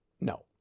no